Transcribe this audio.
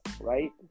right